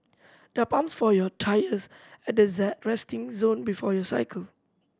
there are pumps for your tyres at the resting zone before you cycle